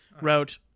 wrote